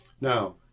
now